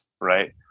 Right